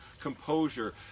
composure